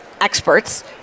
experts